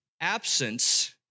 absence